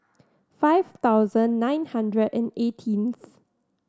five thousand nine hundred and eighteenth